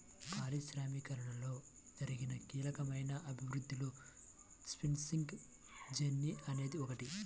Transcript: పారిశ్రామికీకరణలో జరిగిన కీలకమైన అభివృద్ధిలో స్పిన్నింగ్ జెన్నీ అనేది ఒకటి